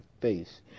face